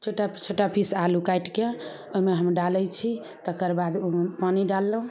छोटा छोटा पीस आलू काटिके ओहिमे हम डालै छी तकर बाद ओहिमे पानि डाललहुॅं